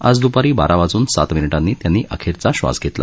आज दपारी बारा वाजून सात मिनिटांनी त्यांनी अखण्या श्वास घप्रला